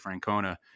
Francona